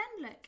look